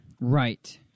Right